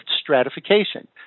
stratification